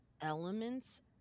elements